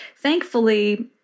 thankfully